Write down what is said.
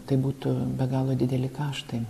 tai būtų be galo didelį kaštai